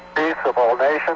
of all nations,